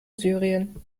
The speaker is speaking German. syrien